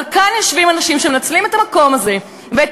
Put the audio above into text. אבל כאן יושבים אנשים שמנצלים את המקום הזה ואת